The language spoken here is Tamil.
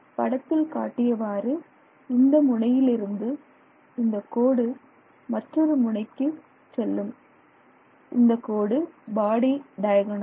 படத்தில் காட்டியவாறு இந்த முனையிலிருந்து இந்தக் கோடு மற்றொரு முனைக்குச் செல்லும் இந்தக் கோடு பாடி டயகோணல்